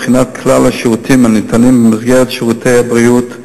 לבחינת כלל השירותים הניתנים במסגרת שירותי הבריאות לתלמיד.